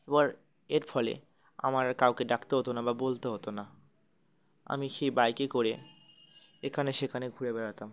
এবার এর ফলে আমার কাউকে ডাকতে হতো না বা বলতে হতো না আমি সে বাইকে করে এখানে সেখানে ঘুরে বেড়াতাম